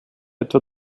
etwa